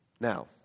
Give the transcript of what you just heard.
Now